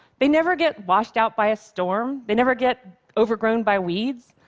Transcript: they never get washed out by a storm. they never get overgrown by weeds.